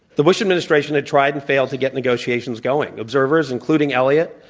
the bush administration had tried and failed to get negotiations going. observers, including eliot,